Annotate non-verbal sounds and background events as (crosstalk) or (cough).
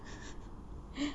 (breath)